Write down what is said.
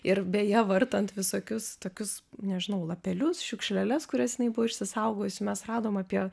ir beje vartant visokius tokius nežinau lapelius šiukšleles kurias jinai buvo išsisaugojusi mes radom apie